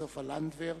סופה לנדבר.